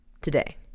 Today